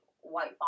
white